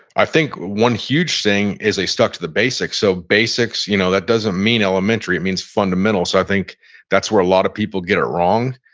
i think one huge thing is they stuck to the basics. so basics, you know that doesn't mean elementary, it means fundamental. so i think that's where a lot of people get it wrong,